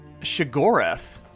Shigoreth